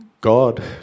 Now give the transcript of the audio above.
God